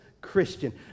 Christian